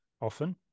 often